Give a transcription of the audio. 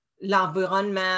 l'environnement